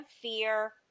fear